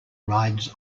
rides